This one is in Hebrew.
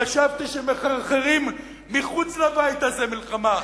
חשבתי שמחרחרים מחוץ לבית הזה מלחמה.